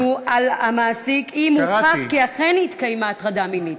"אם הוכח כי אכן נתקיימה הטרדה מינית".